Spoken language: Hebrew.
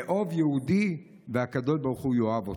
אהוב יהודי, והקדוש ברוך הוא יאהב אותך,